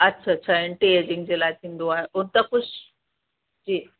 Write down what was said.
अच्छा अच्छा anti ageing जे लाइ थींदो आहे उहो त कुझु जी